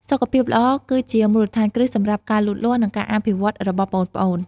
សុខភាពល្អគឺជាមូលដ្ឋានគ្រឹះសម្រាប់ការលូតលាស់ និងការអភិវឌ្ឍន៍របស់ប្អូនៗ។